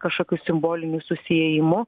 kažkokiu simboliniu susėjimu